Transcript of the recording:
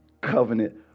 covenant